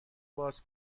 باز